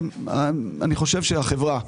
אני חושב שהחברה,